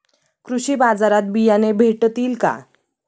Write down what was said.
कृषी बाजारात बियाणे भेटतील का?